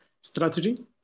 strategy